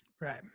Right